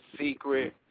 secret